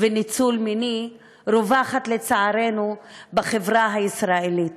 וניצול מיני רווחת, לצערנו, בחברה הישראלית.